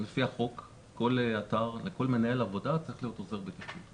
לפי החוק לכל מנהל עבודה צריך להיות עוזר בטיחות.